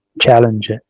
challenge